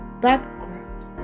background